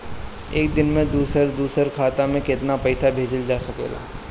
एक दिन में दूसर दूसर खाता में केतना पईसा भेजल जा सेकला?